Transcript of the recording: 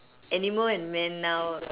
animal and men now